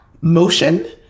motion